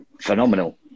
phenomenal